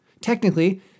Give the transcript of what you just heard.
Technically